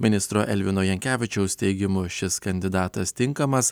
ministro elvino jankevičiaus teigimu šis kandidatas tinkamas